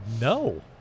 no